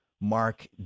Mark